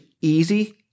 easy